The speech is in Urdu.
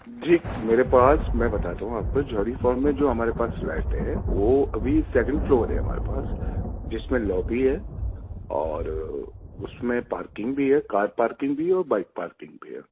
جی میرے پاس میں بتاتا ہوں آپ کو جوہری فارم میں جو ہمارے پاس فلیٹ ہے وہ ابھی سکنڈ فلور ہے ہمارے پاس جس میں لابی ہے اور اس میں پارکنگ بھی ہے کار پارکنگ بھی ہے اور بائک پارکنگ بھی ہے